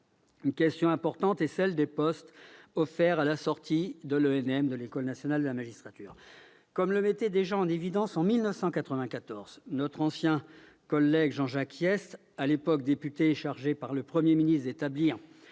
Une question importante est celle des postes offerts à la sortie de l'École nationale de la magistrature. Comme le mettait déjà en évidence en 1994 Jean-Jacques Hyest, à l'époque député chargé par le Premier ministre d'établir